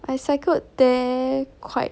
I cycled there quite